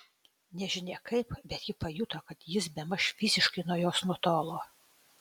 nežinia kaip bet ji pajuto kad jis bemaž fiziškai nuo jos nutolo